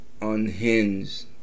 unhinged